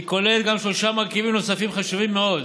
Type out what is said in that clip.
היא כוללת שלושה מרכיבים נוספים חשובים מאוד,